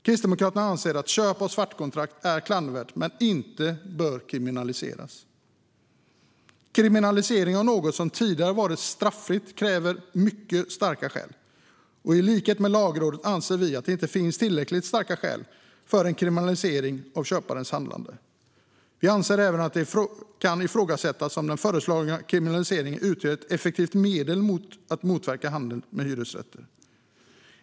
Kristdemokraterna anser att köp av svartkontrakt är klandervärt men att det inte bör kriminaliseras. Kriminalisering av något som tidigare varit straffritt kräver mycket starka skäl, och i likhet med Lagrådet anser vi att det inte finns tillräckligt starka skäl för en kriminalisering av köparens handlande. Vi anser även att det kan ifrågasättas om den föreslagna kriminaliseringen utgör ett effektivt medel för att motverka handel med hyresrätter.